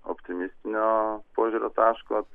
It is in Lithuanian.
optimistinio požiūrio taško